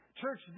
Church